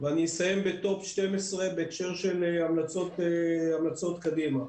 ואני אסיים ב-Top-12 בהקשר של המלצות קדימה.